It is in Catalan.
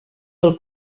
pel